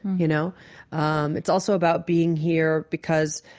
you know um it's also about being here because,